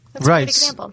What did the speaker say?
Right